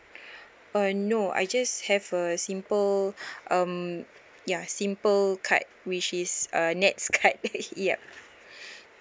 uh no I just have a simple um ya simple card which is a NETS card yup